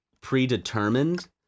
predetermined